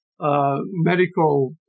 medical